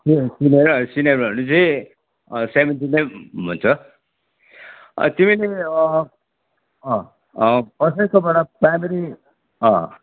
senior senior भने पछि सेभेन्टिनै भन्छ तिमीले कसैकोबाट प्राइमरी